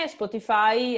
Spotify